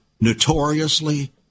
notoriously